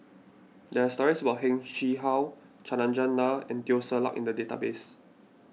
there are stories about Heng Chee How Chandran Nair and Teo Ser Luck in the database